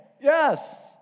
Yes